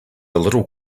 little